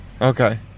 Okay